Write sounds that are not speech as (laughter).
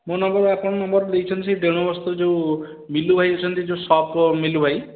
ମୋ ନମ୍ବର୍ ଆପଣଙ୍କ ନମ୍ବର୍ ଦେଇଛନ୍ତି ସେ (unintelligible) ବସ୍ତି ଯେଉଁ ମିଲୁ ଭାଇ ଅଛନ୍ତି ସପ୍ ମିଲୁ ଭାଇ